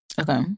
Okay